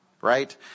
right